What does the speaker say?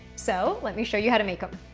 so let me show you how to make em.